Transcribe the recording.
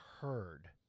heard